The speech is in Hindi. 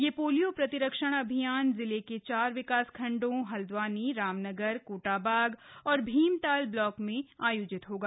यह सोलियो प्रतिक्षण अभियान जिले के चार विकासखण्डों हल्दवानी रामनगर कोटाबाग और भीमताल ब्लाक में आयोजित होगा